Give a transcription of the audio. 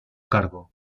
cargo